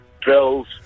drills